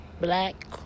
black